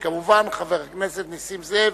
וכמובן חבר הכנסת נסים זאב,